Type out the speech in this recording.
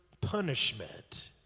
punishment